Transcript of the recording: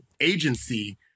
agency